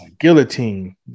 Guillotine